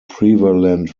prevalent